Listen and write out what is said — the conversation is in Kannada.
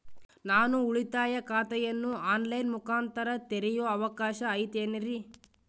ನಾನು ಉಳಿತಾಯ ಖಾತೆಯನ್ನು ಆನ್ ಲೈನ್ ಮುಖಾಂತರ ತೆರಿಯೋ ಅವಕಾಶ ಐತೇನ್ರಿ?